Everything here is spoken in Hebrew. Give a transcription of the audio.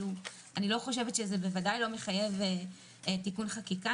זה בוודאי לא מחייב תיקון חקיקה,